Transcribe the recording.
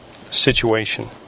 situation